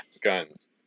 guns